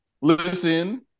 Listen